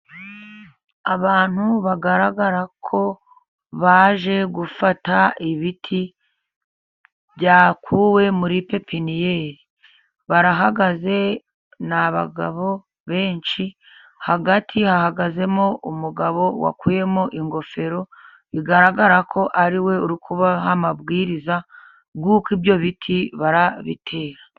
Abantu bagaragara ko baje gufata ibiti byakuwe muri pepiniyeri. Barahagaze, ni abagabo benshi, hagati hahagazemo umugabo wakuyemo ingofero, bigaragara ko ari we uri kubaha amabwiriza y'uko ibyo biti babitera.